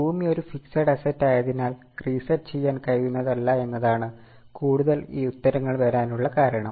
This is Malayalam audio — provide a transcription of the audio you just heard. ഭൂമി ഒരു ഫിക്സെഡ് അസറ്റ് ആയതിനാൽ റീസെറ്റ് ചെയ്യാൻ കഴിയുന്നതല്ല എന്നതാണ് കൂടുതൽ ഈ ഉത്തരങ്ങൾ വരാനുള്ള കാരണം